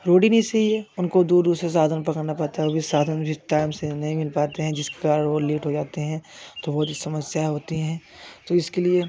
road ही नहीं सही है उनको दूर दूर से साधन पकड़ना पड़ता है वो भी साधन जिस टाइम से नहीं मिल पाते हैं जिसके कारण वो लेट हो जाते हैं तो वो समस्याएँ होती हैं तो इसके लिए